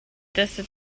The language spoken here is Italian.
testa